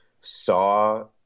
saw